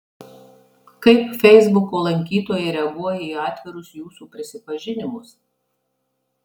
kaip feisbuko lankytojai reaguoja į atvirus jūsų prisipažinimus